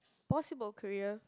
possible career